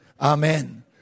Amen